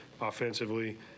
offensively